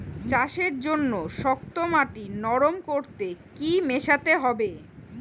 চাষের জন্য শক্ত মাটি নরম করতে কি কি মেশাতে হবে?